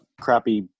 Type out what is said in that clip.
crappy